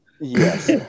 Yes